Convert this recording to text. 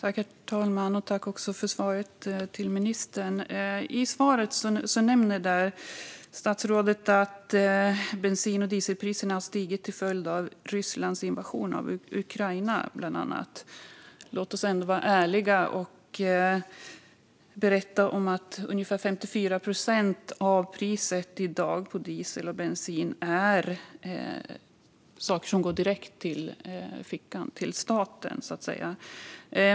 Herr talman! Jag tackar ministern för svaret. I svaret nämner statsrådet att bensin och dieselpriserna har stigit till följd av Rysslands invasion av Ukraina, bland annat. Låt oss ändå vara ärliga och berätta att ungefär 54 procent av priset på diesel och bensin i dag går direkt ned i fickan på staten, så att säga.